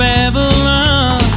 Babylon